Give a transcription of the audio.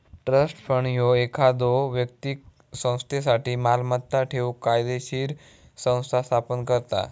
trust fund ह्यो एखाद्यो व्यक्तीक संस्थेसाठी मालमत्ता ठेवूक कायदोशीर संस्था स्थापन करता